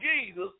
Jesus